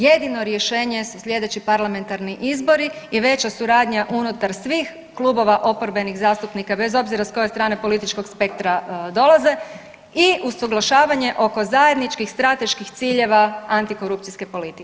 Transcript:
Jedino rješenje su sljedeći parlamentarni izbori i veća suradnja unutar svih klubova oporbenih zastupnika bez obzira s koje strane političkog spektra dolaze i usuglašavanje oko zajedničkih strateških ciljeva antikorupcijske politike.